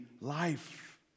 life